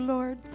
Lord